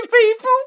people